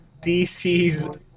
DC's